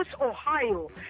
Ohio